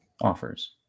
offers